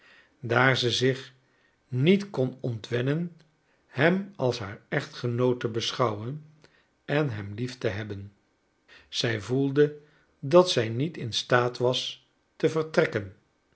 daar ze zich niet kon ontwennen hem als haar echtgenoot te beschouwen en hem lief te hebben zij voelde dat zij niet in staat was te vertrekken